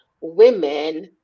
women